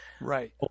right